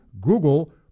Google